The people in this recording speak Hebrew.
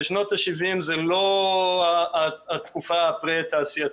ושנות ה-70 זה לא התקופה הפרה-תעשייתית.